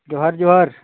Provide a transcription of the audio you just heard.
ᱡᱚᱦᱟᱨ ᱡᱚᱦᱟᱨ